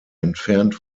entfernt